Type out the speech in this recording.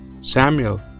Samuel